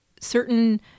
certain